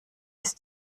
ist